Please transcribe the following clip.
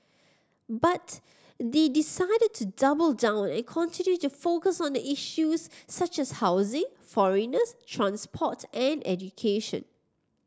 but they decided to double down and continue to focus on the issues such as housing foreigners transport and education